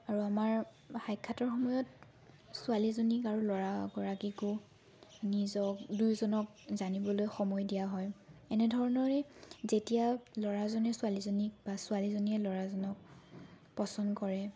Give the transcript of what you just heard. আৰু আমাৰ সাক্ষাতৰ সময়ত ছোৱালীজনীক আৰু ল'ৰাগৰাকীকো নিজক দুয়োজনক জানিবলৈ সময় দিয়া হয় এনেধৰণৰে যেতিয়া ল'ৰাজনে ছোৱালীজনীক বা ছোৱালীজনীয়ে ল'ৰাজনক পচন্দ কৰে